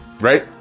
right